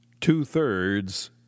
two-thirds